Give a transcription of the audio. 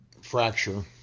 fracture